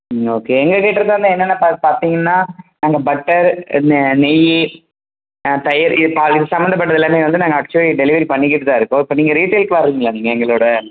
ம் ஓகே எங்கக்கிட்டே இருக்கிற என்னென்ன பால் பார்த்தீங்கன்னா நாங்கள் பட்டர் நெ நெய் தயிர் இது பால் இது சம்பந்தப்பட்டது எல்லாமே வந்து நாங்கள் ஆக்ச்சுவலி டெலிவரி பண்ணிக்கிட்டு தான் இருக்கோம் இப்போ நீங்கள் ரீட்டெயிலுக்கு வரீங்களா நீங்கள் எங்களோடய